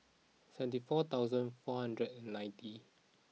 seventy four thousand four hundred and ninety